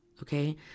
Okay